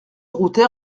route